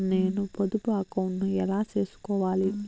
నేను పొదుపు అకౌంటు ను ఎలా సేసుకోవాలి?